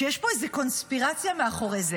שיש פה איזו קונספירציה מאחורי זה.